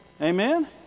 amen